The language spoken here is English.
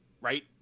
right